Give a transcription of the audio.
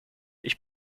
ich